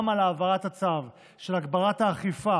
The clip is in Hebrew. גם על העברת הצו של הגברת האכיפה